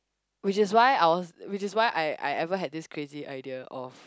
which is why I was which is why I I ever have this crazy idea of